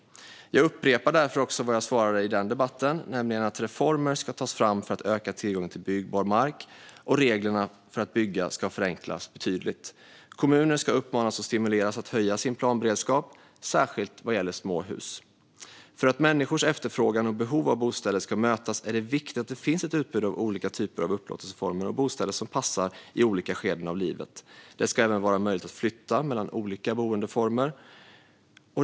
Jag upprepar därför också vad jag svarade i den debatten, nämligen att reformer ska tas fram för att öka tillgången till byggbar mark och reglerna för att bygga ska förenklas betydligt. Kommuner ska uppmanas och stimuleras att höja sin planberedskap, särskilt vad gäller småhus. För att människors efterfrågan och behov av bostäder ska mötas är det viktigt att det finns ett utbud av olika typer av upplåtelseformer och bostäder som passar i olika skeden av livet. Det ska även vara möjligt att flytta mellan olika boendeformer.